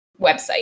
website